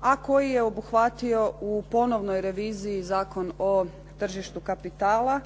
a koji je obuhvatio u ponovnoj reviziji Zakon o tržištu kapitala,